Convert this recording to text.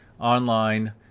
online